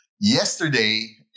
yesterday